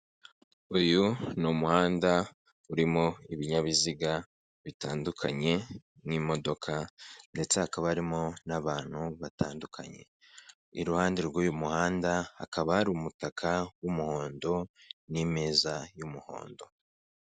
Uyu ni umuhanda urimo ibinyabiziga bitandukanye n'imodoka ndetse hakaba harimo n'abantu batandukanye iruhande rw'uyu muhanda hakaba hari umutaka w'umuhondo n'imeza y'umuhondo.